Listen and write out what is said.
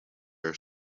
are